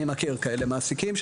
אני מכיר כאלה מעסיקים,